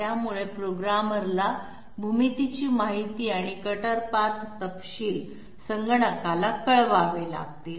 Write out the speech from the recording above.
त्यामुळे प्रोग्रामरला भूमितीची माहिती आणि कटर पाथ तपशील संगणकाला कळवावे लागतील